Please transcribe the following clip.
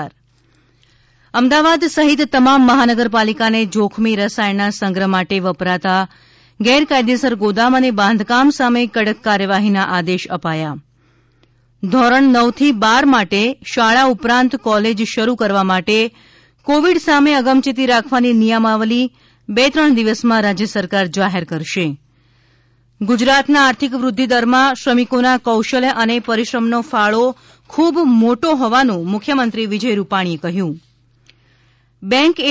ઃ અમદાવાદ સહિત તમામ મહાનગરપાલિકાને જોખમી રસાયણના સંગ્રહ માટે વપરાતા ગેરકાયદેસર ગોદામ અને બાંધકામ સામે કડક કાર્યવાહીના આદેશ અપાયા ઃધોરણ નવ થી બાર માટે શાળા ઉપરાંત કોલેજ શરૂ કરવા માટે કોવિડ સામે અગમયેતી રાખવાની નિયમાવલી બે ત્રણ દિવસમાં રાજ્ય સરકાર જાહેર કરશે ઃગુજરાતના આર્થિક વૃધ્યિ દરમાં શ્રમિકોના કૌશલ્ય અને પરિશ્રમનો ફાળો ખૂબ મોટો હોવાનું મુખ્યમંત્રી રૂપાણીએ કહ્યું ઃબેન્ક એ